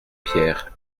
pierre